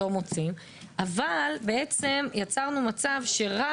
שהם אמנם 60% מהמשק רק הם מחויבים בזה.